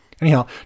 Anyhow